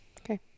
Okay